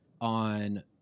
on